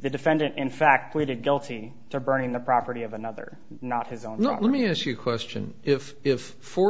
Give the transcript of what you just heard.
the defendant in fact waited guilty they're burning the property of another not his own not let me as you question if if for